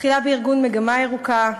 תחילה בארגון "מגמה ירוקה"